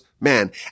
man